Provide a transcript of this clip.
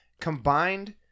Combined